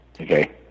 Okay